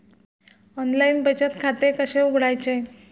Online बचत खाते कसे उघडायचे?